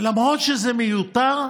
למרות שזה מיותר,